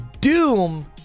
Doom